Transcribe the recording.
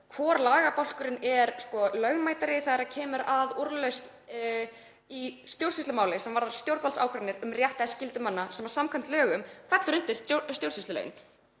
hvor lagabálkurinn er lögmætari þegar kemur að úrlausn í stjórnsýslumáli sem varðar stjórnvaldsákvarðanir um rétt eða skyldur manna sem samkvæmt lögum fellur undir stjórnsýslulögin?